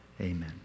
Amen